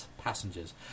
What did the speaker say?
passengers